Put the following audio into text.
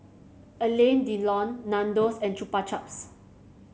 Alain Delon Nandos and Chupa Chups